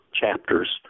chapters